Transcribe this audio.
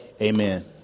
Amen